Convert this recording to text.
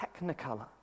technicolor